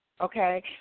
okay